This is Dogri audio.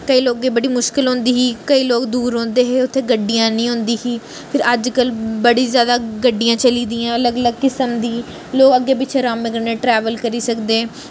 केईं लोगें बड़ी मुश्किल होंदी ही केईं लोग दूर रौह्न्दे हे उत्थै गड्डियां नेईं होंदी ही फिर अज्जकल बड़ी ज्यादा गड्डियां चली दियां अलग अलग किस्म दी लोग अग्गें पिच्छे अरामै कन्नै ट्रैवेल करी सकदे